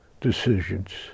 decisions